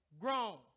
Grown